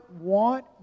want